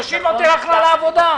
נשים לא תלכנה לעבודה.